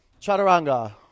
Chaturanga